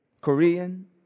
Korean